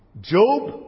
Job